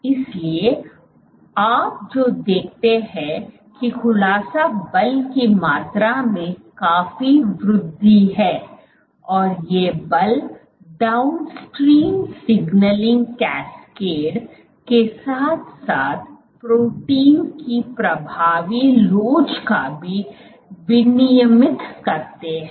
इसलिए आप जो देखते है कि खुलासा बल की मात्रा में काफी वृद्धि है और ये बल डाउनस्ट्रीम सिग्नलिंग कैस्केड के साथ साथ प्रोटीन की प्रभावी लोच का भी विनियमित करते हैं